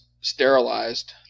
sterilized